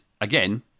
again